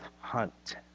Hunt